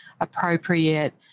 appropriate